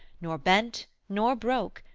nor bent, nor broke,